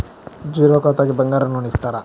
Zero ఖాతాకి బంగారం loan ఇస్తారా?